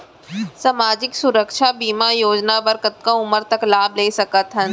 सामाजिक सुरक्षा बीमा योजना बर कतका उमर तक लाभ ले सकथन?